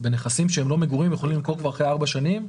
נכסים שהם לא למגורים הם יכולים למכור אחרי ארבע שנים.